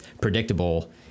predictable